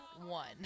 one